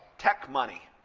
tech money.